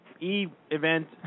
e-event